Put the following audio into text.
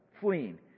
fleeing